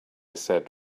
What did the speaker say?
said